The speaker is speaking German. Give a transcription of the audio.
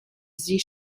sie